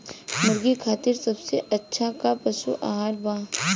मुर्गा खातिर सबसे अच्छा का पशु आहार बा?